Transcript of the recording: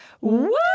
Woo